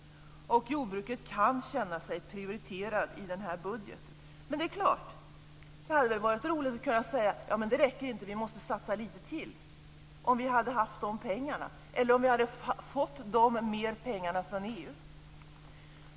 Jordbruket kan känna sig prioriterat i denna budget. Men det är klart att det hade varit roligt att kunna säga att det inte räcker och att vi satsar lite till om vi hade haft de pengarna eller fått mer pengar från EU.